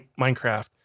Minecraft